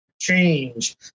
change